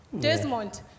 Desmond